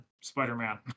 Spider-Man